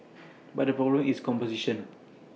but the problem is composition